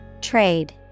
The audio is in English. Trade